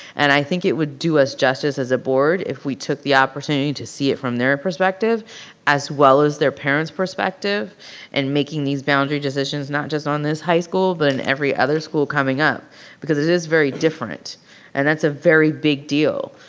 and i think it would do us justice as a board if we took the opportunity to see it from their perspective as well as their parents perspective and making these boundary decisions not just on this high school but in every other school coming up because it it is very different and that's a very big deal.